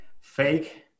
fake